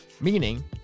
meaning